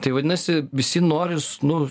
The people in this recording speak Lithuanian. tai vadinasi visi nori nu